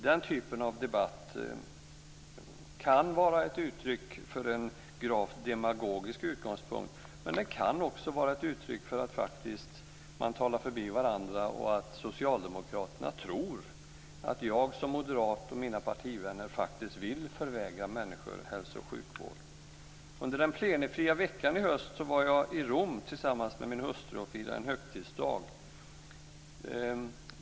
Den typen av debatt kan vara ett uttryck för en gravt demagogisk utgångspunkt, men den kan också vara ett uttryck för att man faktiskt talar förbi varandra och att socialdemokraterna tror att jag som moderat och mina partivänner faktiskt vill förvägra människor hälso och sjukvård. Under den plenifria veckan i höstas var jag i Rom tillsammans med min hustru och firade en högtidsdag.